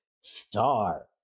Star